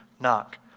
knock